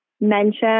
mention